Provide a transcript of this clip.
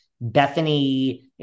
Bethany